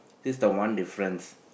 this the one difference